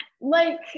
like-